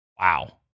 wow